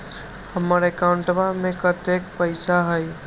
हमार अकाउंटवा में कतेइक पैसा हई?